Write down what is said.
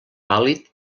pàl·lid